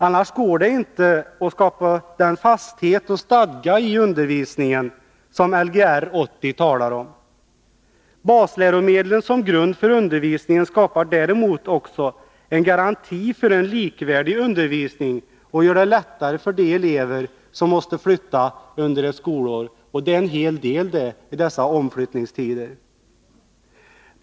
Annars går det inte att skapa den fasthet och stadga i undervisningen som Lgr 80 talar om. Basläromedlen som grund för undervisningen skapar också en garanti för en likvärdig undervisning och gör det lättare för de elever som måste flytta under ett skolår — och det är en hel del, i dessa omflyttningens tider.